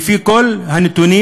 לפי כל הנתונים,